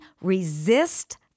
resist